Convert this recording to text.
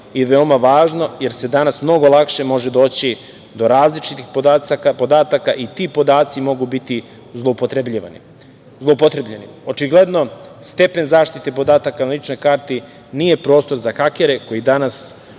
i veoma važno, jer se danas mnogo lakše može doći do različitih podataka i ti podaci mogu biti zloupotrebljeni. Očigledno stepen zaštite podataka na ličnoj karti nije prostor za hakere koji danas